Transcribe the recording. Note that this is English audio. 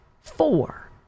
four